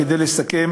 כדי לסכם